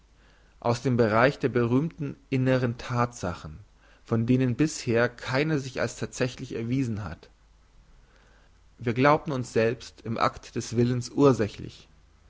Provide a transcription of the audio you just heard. aus dem bereich der berühmten inneren thatsachen von denen bisher keine sich als thatsächlich erwiesen hat wir glaubten uns selbst im akt des willens ursächlich